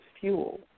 fuel